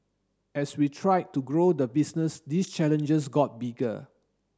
as we tried to grow the business these challenges got bigger